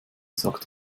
sagt